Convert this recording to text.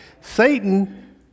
Satan